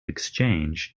exchange